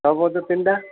ତିନିଟା